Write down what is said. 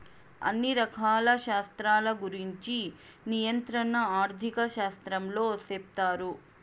అన్ని రకాల శాస్త్రాల గురుంచి నియంత్రణ ఆర్థిక శాస్త్రంలో సెప్తారు